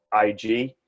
IG